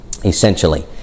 Essentially